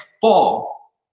fall